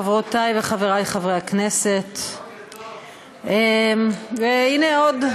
חברותי וחברי חברי הכנסת בוקר טוב,